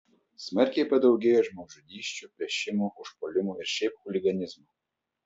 smarkiai padaugėjo žmogžudysčių plėšimų užpuolimų ir šiaip chuliganizmo